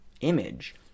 image